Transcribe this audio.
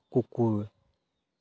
কুকুৰ